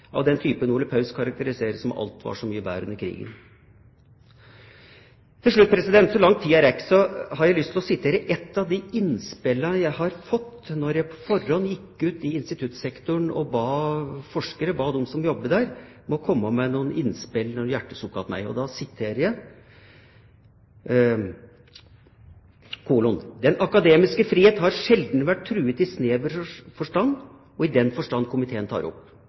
av den typen Ole Paus karakteriserer i «Alt Var Mye Bedre Under Krigen». Til slutt, så langt tida rekker, har jeg lyst til å sitere et av de innspillene jeg fikk da jeg på forhånd gikk ut i instituttsektoren og ba forskere som jobbet der, om å komme med noen innspill og hjertesukk til meg: «Den «akademiske friheten» har sjelden vært truet i snever forstand, og i den forstand komiteen tar opp.